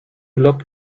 look